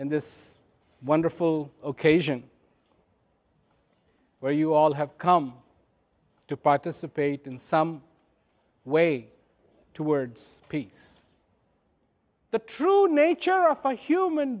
and this wonderful ok zhen where you all have come to participate in some way towards peace the true nature of a human